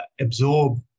absorb